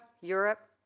Europe